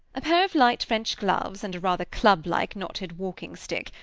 a pair of light french gloves and a rather club-like knotted walking-stick,